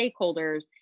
stakeholders